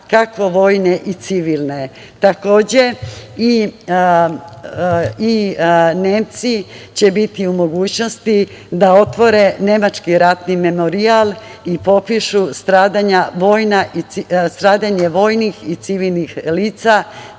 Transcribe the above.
kako vojne i civilne. Takođe, Nemci će biti u mogućnosti da otvore nemački ratni memorijal i popišu stradanje vojnih i civilnih lica